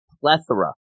plethora